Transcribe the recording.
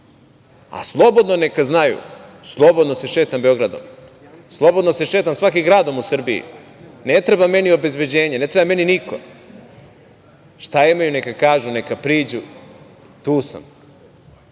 a slobodno neka znaju, slobodno se šetam Beogradom, slobodno se šetam svakim gradom u Srbiji. Ne treba meni obezbeđenje, ne treba meni niko. Šta imaju neka kažu, neka priđu, tu sam,